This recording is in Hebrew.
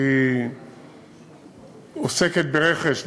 שעוסקת ברכש,